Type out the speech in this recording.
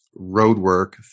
Roadwork